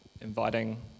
inviting